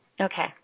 Okay